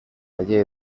llei